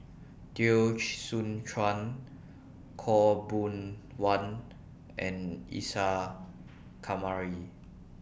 Teo Soon Chuan Khaw Boon Wan and Isa Kamari